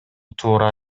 туура